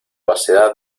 vastedad